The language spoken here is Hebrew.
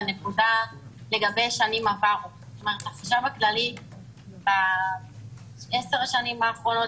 לגבי שנים עברו: החשב הכללי ב-10 השנים האחרונות,